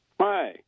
Hi